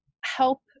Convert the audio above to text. help